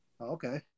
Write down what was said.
Okay